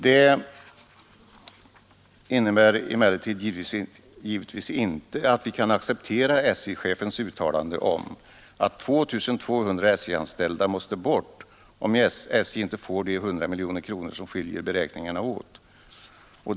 Detta innebär emellertid givetvis inte att vi kan acceptera SJ-chefens uttalande om att 2 200 SJ-anställda måste bort om SJ inte får de 100 miljoner kronor som skiljer beräkningarna åt.